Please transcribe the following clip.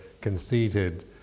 conceited